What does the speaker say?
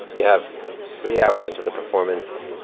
you have three hours until the performance.